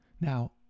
Now